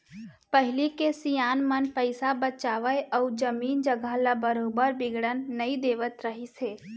पहिली के सियान मन पइसा बचावय अउ जमीन जघा ल बरोबर बिगड़न नई देवत रहिस हे